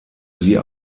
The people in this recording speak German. sie